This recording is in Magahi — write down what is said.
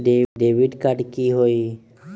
डेबिट कार्ड की होई?